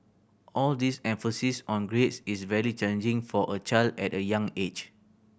all this emphasis on grades is very challenging for a child at a young age